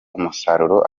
umusaruro